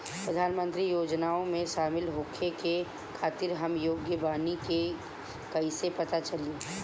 प्रधान मंत्री योजनओं में शामिल होखे के खातिर हम योग्य बानी ई कईसे पता चली?